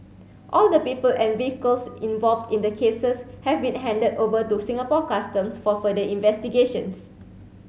all the people and vehicles involved in the cases have been handed over to Singapore Customs for further investigations